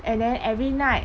and then every night